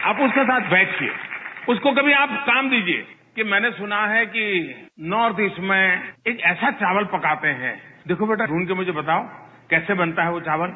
आप उसके साथ बैठिए उसको आप कभी काम दीजिए कि मैंने सुना है कि नॉर्थ ईस्ट में एक ऐसा चावल पकाते हैं देखो बेटा ढूंढ कर मुझे बताओ कैसे बनता है वो चावल